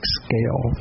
scale